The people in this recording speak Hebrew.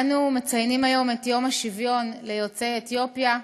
אנו מציינים היום את יום השוויון ליוצאי אתיופיה,